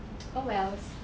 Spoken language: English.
oh wells